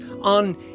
on